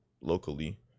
locally